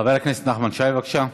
חבר הכנסת נחמן שי, בבקשה.